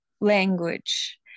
language